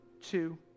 two